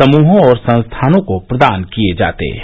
समूहों और संस्थानों को प्रदान किए जाते हैं